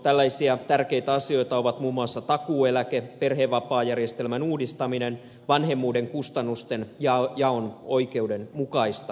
tällaisia tärkeitä asioita ovat muun muassa takuueläke perhevapaajärjestelmän uudistaminen vanhemmuuden kustannustenjaon oikeudenmukaistaminen